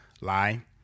lie